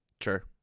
Sure